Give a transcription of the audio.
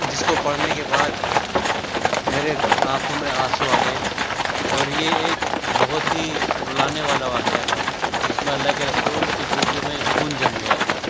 جس کو پڑھنے کے بعد میرے آنکھوں میں آنسوں آ گئے اور یہ ایک بہت ہی رلانے والا واقعہ تھا کہ اس میں اللہ کے رسول کی جوتیوں میں خون جم گیا تھا